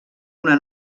una